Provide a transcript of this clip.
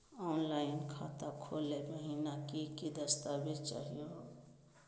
Online खाता खोलै महिना की की दस्तावेज चाहीयो हो?